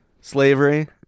Slavery